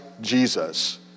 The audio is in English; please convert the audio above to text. Jesus